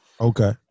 Okay